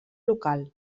local